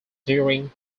during